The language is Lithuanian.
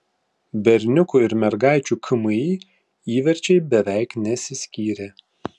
berniukų ir mergaičių kmi įverčiai beveik nesiskyrė